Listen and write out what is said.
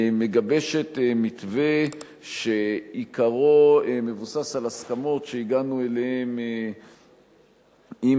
מגבשת מתווה שעיקרו מבוסס על הסכמות שהגענו אליהן עם